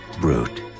Brute